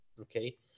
okay